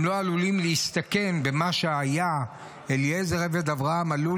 הם לא עלולים להסתכן במה שהיה אליעזר עבד אברהם עלול